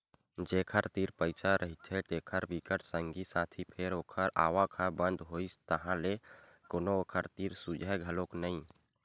जेखर तीर पइसा रहिथे तेखर बिकट संगी साथी फेर ओखर आवक ह बंद होइस ताहले कोनो ओखर तीर झुमय घलोक नइ